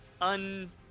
un